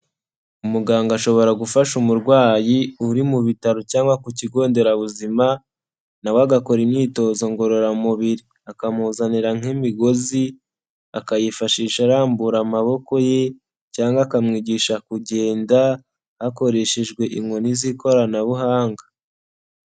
Umuganga ashobora gufasha umurwayi uri mu bitaro cyangwa ku kigo nderabuzima na we agakora imyitozo ngororamubiri, akamuzanira nk'imigozi akayifashisha arambura amaboko ye cyangwa akamwigisha kugenda hakoreshejwe inkoni z'ikoranabuhanga.